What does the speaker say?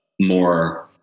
more